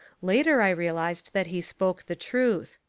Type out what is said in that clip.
later i realised that he spoke the truth.